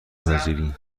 بپذیری